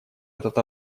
этот